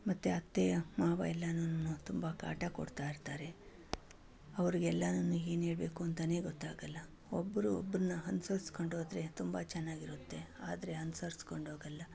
ಮತ್ತು ಅತ್ತೆ ಮಾವ ಎಲ್ಲರೂನು ತುಂಬ ಕಾಟ ಕೊಡ್ತಾಯಿರ್ತಾರೆ ಅವ್ರಿಗೆಲ್ಲನೂ ಏನು ಹೇಳ್ಬೇಕು ಅಂತಲೇ ಗೊತ್ತಾಗಲ್ಲ ಒಬ್ಬರು ಒಬ್ಬರನ್ನ ಅನುಸರಿಸ್ಕೊಂಡೋದ್ರೆ ತುಂಬ ಚೆನ್ನಾಗಿರುತ್ತೆ ಆದರೆ ಅನುಸರಿಸ್ಕೊಂಡೋಗಲ್ಲ